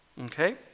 okay